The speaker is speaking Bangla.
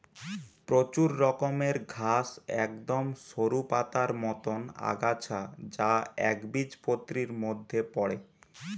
প্রচুর রকমের ঘাস একদম সরু পাতার মতন আগাছা যা একবীজপত্রীর মধ্যে পড়ে